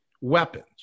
weapons